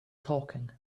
talking